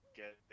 get